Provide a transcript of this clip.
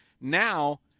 now